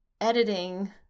editing